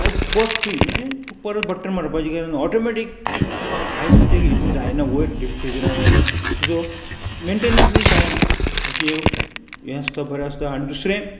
आयज frost free म्हणजे तूं परत बटन मारपाची गेल्यार ऑटोमॅटीक तुका आयज ते हितू जायना वयर डिप फ्रिजरा जायना तुजो मेन्टेनन्सूय कांय ना अशें हें आसता बरें आसता आनी दुसरें